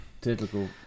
typical